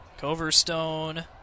Coverstone